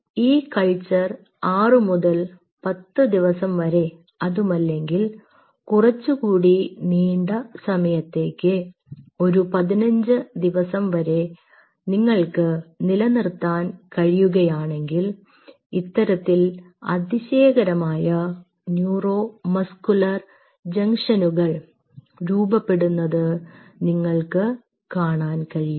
ഈ കൾച്ചർ 6 മുതൽ 10 ദിവസം വരെ അതുമല്ലെങ്കിൽ കുറച്ചുകൂടി നീണ്ടസമയത്തേക്ക് ഒരു 15 ദിവസം വരെ നിങ്ങൾക്ക് നിലനിർത്താൻ കഴിയുകയാണെങ്കിൽ ഇത്തരത്തിൽ അതിശയകരമായ ന്യൂറോ മസ്കുലർ ജംഗ്ഷനുകൾ രൂപപ്പെടുന്നത് നിങ്ങൾക്ക് കാണാൻ കഴിയും